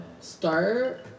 start